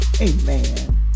amen